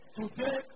today